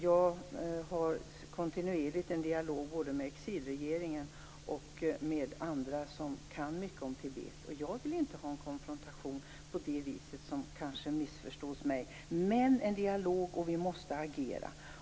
Jag har kontinuerligt en dialog både med exilregeringen och med andra som kan mycket om Tibet. Jag vill inte ha en konfrontation på det vis som det kanske felaktigt uppfattas, men jag vill ha en dialog. Vi måste agera.